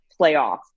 playoff